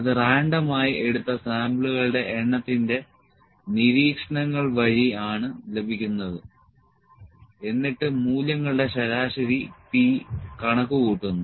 അത് റാൻഡമായി എടുത്ത സാമ്പിളുകളുടെ എണ്ണത്തിന്റെ നിരീക്ഷണങ്ങൾ വഴി ആണ് ലഭിക്കുന്നത് എന്നിട്ട് മൂല്യങ്ങളുടെ ശരാശരി P കണക്കുകൂട്ടുന്നു